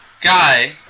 guy